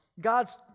God's